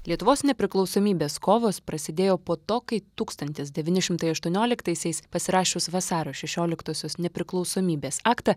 lietuvos nepriklausomybės kovos prasidėjo po to kai tūkstantis devyni šimtai aštuonioliktaisiais pasirašius vasario šešioliktosios nepriklausomybės aktą